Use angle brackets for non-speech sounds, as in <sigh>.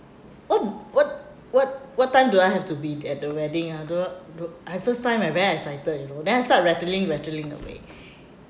oh what what what time do I have to be at the wedding ah I don't I don't I first time I very excited you know then I start rattling rattling away <breath>